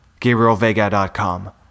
GabrielVega.com